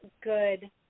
good